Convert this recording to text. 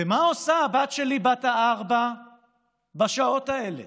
ומה עושה הבת שלי בת הארבע בשעות האלה?